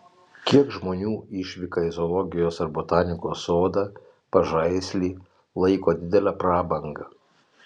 kiek žmonių išvyką į zoologijos ar botanikos sodą pažaislį laiko didele prabanga